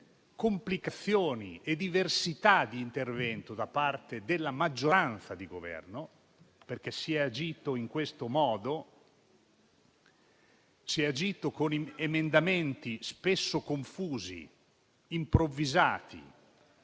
complicazioni e diversità di intervento da parte della maggioranza di Governo. Infatti si è agito con emendamenti spesso confusi, improvvisati,